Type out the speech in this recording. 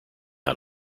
out